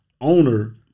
owner-